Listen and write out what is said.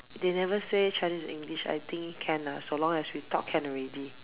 they never say Chinese English I think can lah so long as we talk can already